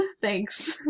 Thanks